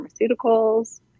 pharmaceuticals